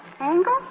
Angle